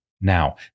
Now